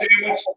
sandwich